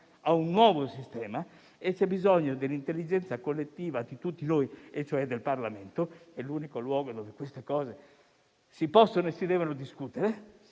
a uno nuovo e c'è bisogno dell'intelligenza collettiva di tutti noi, ossia del Parlamento, che è l'unico luogo dove tali questioni si possono e si devono discutere,